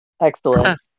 Excellent